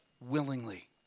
willingly